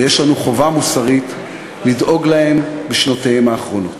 ויש לנו חובה מוסרית לדאוג להם בשנותיהם האחרונות.